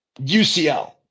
ucl